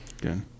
good